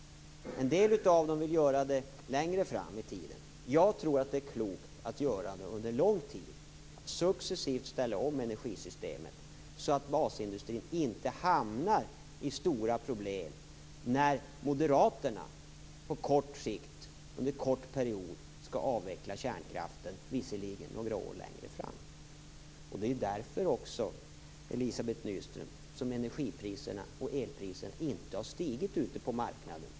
En del vill göra det längre fram i tiden. Jag tror att det är klokt att göra det under lång tid, att successivt ställa om energisystemen så att basindustrin inte hamnar i stora problem när moderaterna, på kort sikt och under en kort period, skall avveckla kärnkraften - visserligen några år längre fram. Det är ju också därför, Elizabeth Nyström, som energi och elpriserna inte har stigit ute på marknaden.